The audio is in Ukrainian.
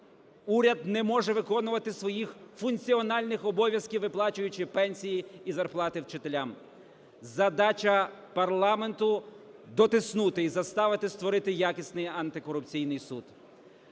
уряд не може виконувати своїх функціональних обов'язків, виплачуючи пенсії і зарплати вчителям. Задача парламенту – дотиснути і заставити створити якісний Антикорупційний суд.